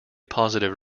positive